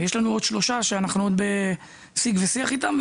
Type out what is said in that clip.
ויש לנו עוד שלושה שאנחנו עוד בשיג ושיח איתם,